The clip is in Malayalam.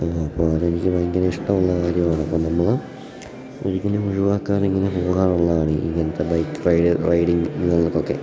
അപ്പോൾ അതെനിക്ക് ഭയങ്കര ഇഷ്ടമുള്ള കാര്യമാണ് അപ്പം നമ്മൾ ഒരിക്കലും ഒഴിവാക്കാതിങ്ങനെ പോകാറുള്ളതാണ് ഇങ്ങനത്തെ ബൈക്ക് റൈഡ് റൈഡിംഗ് ഇങ്ങനത്തെയൊക്കെ